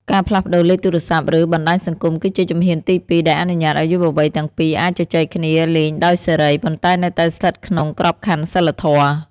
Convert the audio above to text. ការផ្លាស់ប្តូរលេខទូរស័ព្ទ ឬបណ្ដាញសង្គមគឺជាជំហានទីពីរ ដែលអនុញ្ញាតឱ្យយុវវ័យទាំងពីរអាចជជែកគ្នាលេងដោយសេរី ប៉ុន្តែនៅតែស្ថិតក្នុងក្របខ័ណ្ឌសីលធម៌។